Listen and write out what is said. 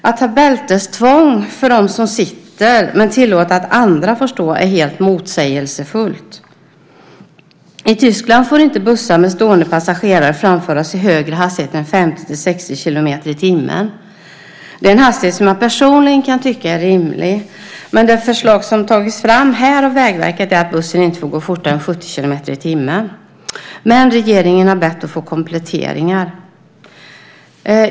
Att ha bältestvång för dem som sitter men tillåta att andra står är helt motsägelsefullt. I Tyskland får inte bussar med stående passagerare framföras i högre hastigheter än 50-60 kilometer i timmen. Det är en hastighet som jag personligen kan tycka är rimlig. Det förslag som har tagits fram här av Vägverket är att bussen inte få gå fortare än 70 kilometer i timmen. Men regeringen har bett att få kompletteringar.